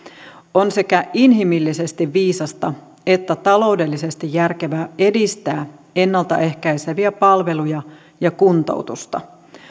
on sekä inhimillisesti viisasta että taloudellisesti järkevää edistää ennalta ehkäiseviä palveluja ja kuntoutusta